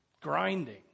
grinding